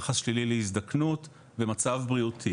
יחס שלילי להזדקנות ומצב בריאותי.